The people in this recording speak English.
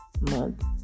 Month